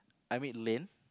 I meet Lin